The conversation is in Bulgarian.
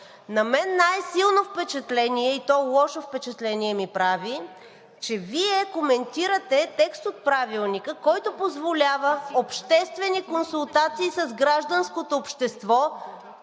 на мен най-силно впечатление, и то лошо впечатление, ми прави, че Вие коментирате текст от Правилника, който позволява обществени консултации с гражданското общество